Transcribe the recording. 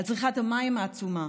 על צריכת המים העצומה,